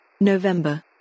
November